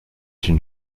une